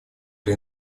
или